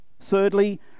Thirdly